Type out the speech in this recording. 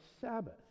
Sabbath